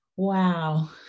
Wow